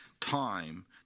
time